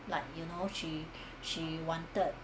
like you know she she wanted